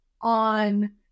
on